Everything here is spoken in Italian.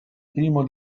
primo